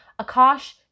Akash